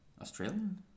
Australian